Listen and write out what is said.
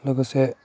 लोगोसे